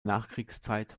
nachkriegszeit